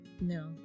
No